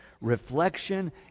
reflection